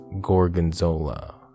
gorgonzola